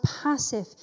passive